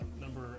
Number